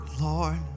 Lord